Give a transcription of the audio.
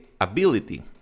ability